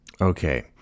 Okay